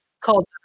called